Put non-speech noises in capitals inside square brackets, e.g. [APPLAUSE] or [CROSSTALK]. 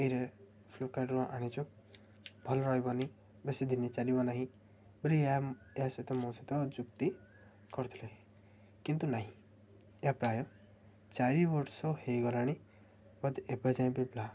ଏଇଟା ଫ୍ଲିପକାର୍ଟରୁ ଆଣିଛୁ ଭଲ ରହିବନି ବେଶୀ ଦିନ ଚାଲିବ ନାହିଁ ବୋଲି ଏହା ଏହା ସହିତ ମୋ ସହିତ ଯୁକ୍ତି କରୁଥିଲି କିନ୍ତୁ ନାହିଁ ଏହା ପ୍ରାୟ ଚାରି ବର୍ଷ ହୋଇଗଲାଣି ମୋତେ ଏବେ ଯାଏଁ [UNINTELLIGIBLE]